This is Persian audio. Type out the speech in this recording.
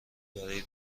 برای